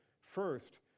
first